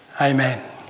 Amen